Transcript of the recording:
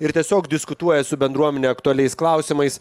ir tiesiog diskutuoja su bendruomene aktualiais klausimais